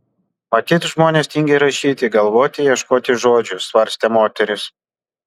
matyt žmonės tingi rašyti galvoti ieškoti žodžių svarstė moteris